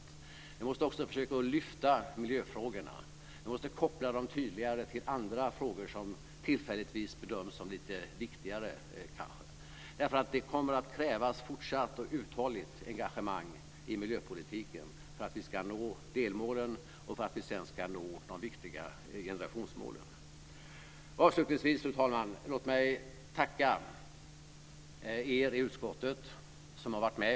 Vidare måste vi försöka lyfta miljöfrågorna och tydligare koppla dem till andra frågor som tillfälligtvis kanske bedöms som lite viktigare. Det kommer nämligen att krävas ett fortsatt och ett uthålligt engagemang i miljöpolitiken för att vi ska nå delmålen och för att vi sedan ska nå de viktiga generationsmålen. Avslutningsvis, fru talman: Låt mig tacka er i utskottet som varit med.